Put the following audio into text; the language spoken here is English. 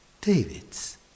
David's